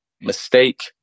mistake